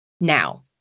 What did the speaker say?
Now